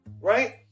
right